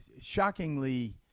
shockingly